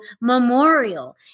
MEMORIAL